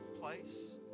place